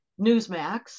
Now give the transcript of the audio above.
Newsmax